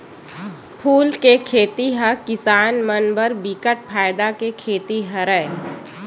फूल के खेती ह किसान मन बर बिकट फायदा के खेती हरय